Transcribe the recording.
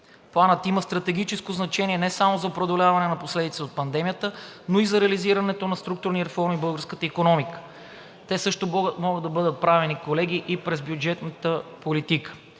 Планът има стратегическо значение не само за преодоляване на последиците от пандемията, но и за реализирането на структурни реформи в българската икономика. Те също могат да бъдат правени, колеги, и през бюджетната политика.